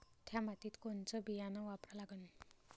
थ्या मातीत कोनचं बियानं वापरा लागन?